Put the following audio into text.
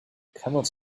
camels